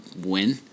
win